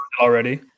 already